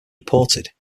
reported